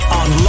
on